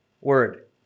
word